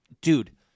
Dude